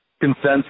consensus